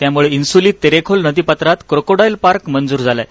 त्यामुळं उसूलीत तेरेखोल नदीपात्रात क्रोकोडाईल पार्क मंजूर झाल आहे